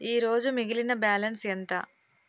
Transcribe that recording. ఈరోజు మిగిలిన బ్యాలెన్స్ ఎంత?